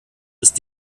ist